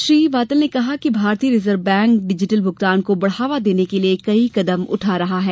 श्री वातल ने कहा कि भारतीय रिजर्व बैंक डिजिटल भुगतान को बढ़ावा देने के लिए कई कदम उठा रहा है